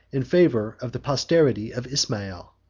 in favor of the posterity of ismael.